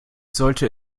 sollte